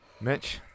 Mitch